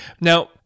Now